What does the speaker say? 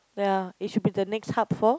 ya it should be the next hub for